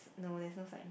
no there's no sign